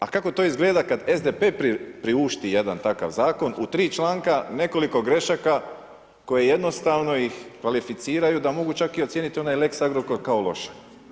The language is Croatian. A kako to izgleda kad SDP priušti jedan takav zakon, u 3 članka nekoliko grešaka koje jednostavno ih kvalificiraju da mogu čak i ocijeniti onaj lex Agrokor kao loš.